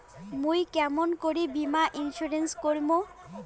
মুই কেমন করি বীমা ইন্সুরেন্স করিম?